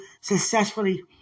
successfully